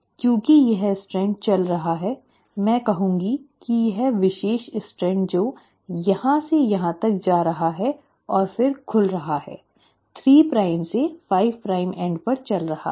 क्योंकि यह स्ट्रैंड चल रहा है मैं कहूंगी कि यह विशेष स्ट्रैंड जो यहां से यहां तक जा रहा है और फिर खुल रहा है 3 प्राइम से 5 प्राइम एंड पर चल रहा है